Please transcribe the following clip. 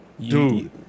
dude